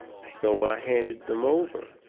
so i handed them over.